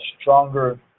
stronger